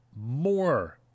more